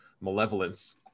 malevolence